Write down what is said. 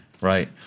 right